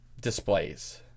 displays